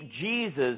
Jesus